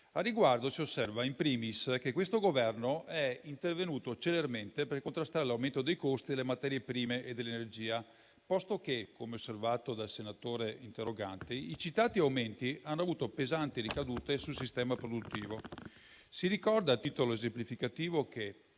Al riguardo, si osserva *in primis* che questo Governo è intervenuto celermente per contrastare l'aumento dei costi delle materie prime e dell'energia, posto che, come osservato dal senatore interrogante, i citati aumenti hanno avuto pesanti ricadute sul sistema produttivo. Si ricorda, a titolo esemplificativo, che